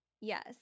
yes